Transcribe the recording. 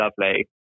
lovely